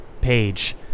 page